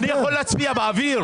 אני יכול להצביע באוויר?